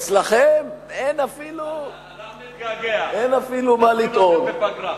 אצלכם אין אפילו, אנחנו נתגעגע, נזמין אתכם בפגרה.